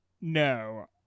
No